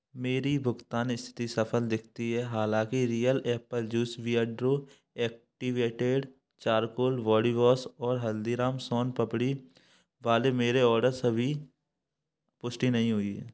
मेरी भुगतान स्थिति सफल दिखती है हालाँकि Real apple juice Beardo activated charcoal body wash और हल्दीराम सोन पापड़ी वाले मेरे आर्डर की अभी पुष्टि नहीं हुई है